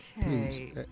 Okay